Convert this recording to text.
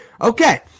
Okay